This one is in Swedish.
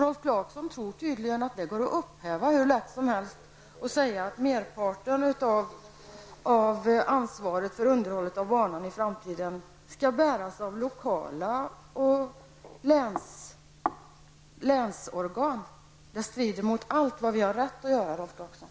Rolf Clarkson tror tydligen att det är hur lätt som helst att upphäva beslut och att säga att merparten av ansvaret för banunderhållet i framtiden skall bäras av lokala organ och av länsorgan. Men det strider helt mot vad vi har rätt att göra, Rolf Clarkson!